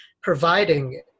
providing